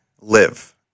live